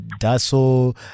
DASO